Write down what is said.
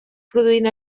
produint